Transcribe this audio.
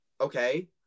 okay